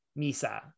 Misa